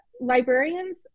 librarians